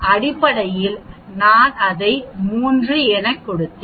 அடிப்படையில் நான் அதை 3 எனக் கொடுத்தேன்